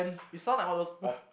you sound like one of those